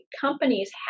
companies